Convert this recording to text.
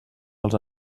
dels